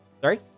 sorry